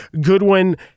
Goodwin